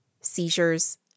seizures